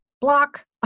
block